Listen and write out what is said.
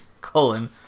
colon